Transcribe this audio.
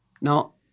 Now